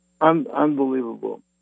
Unbelievable